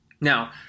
Now